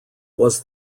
was